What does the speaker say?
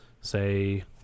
say